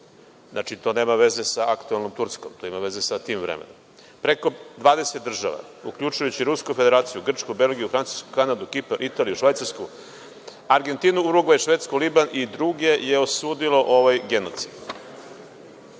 Znači, to nema veze sa aktuelnom Turskom. To ima veze sa tim vremenom. Preko 20 država uključujući i Rusku Federaciju, Grčku, Belgiju, Francusku, Kanadu, Kipar, Italiju, Švajcarsku, Argentinu, Urugvaj, Švedsku, Liban i druge je osudilo ovaj genocid. Srpski